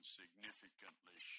significantly